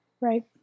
Right